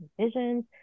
visions